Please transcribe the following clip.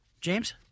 james